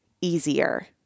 easier